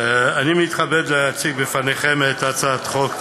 אני מתכבד להציג בפניכם את הצעת חוק